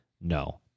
No